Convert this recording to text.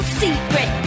secret